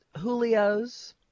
Julio's